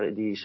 di